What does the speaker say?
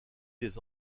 des